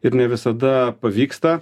ir ne visada pavyksta